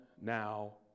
now